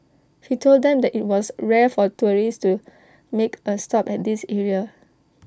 he told them that IT was rare for tourists to make A stop at this area